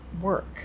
work